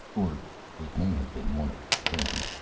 or it may have been one of them.